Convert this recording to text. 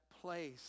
place